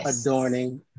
adorning